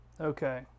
okay